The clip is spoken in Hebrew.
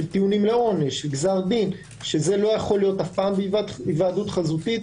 של טיעונים לעונש וגזר דין זה לא יכול להיות אף פעם בהיוועדות חזותית.